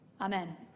Amen